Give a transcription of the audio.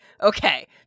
okay